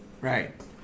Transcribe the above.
Right